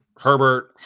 herbert